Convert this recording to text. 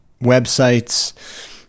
Websites